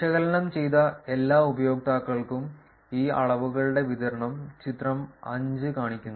വിശകലനം ചെയ്ത എല്ലാ ഉപയോക്താക്കൾക്കും ഈ അളവുകളുടെ വിതരണം ചിത്രം 5 കാണിക്കുന്നു